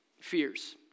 fears